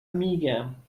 میگم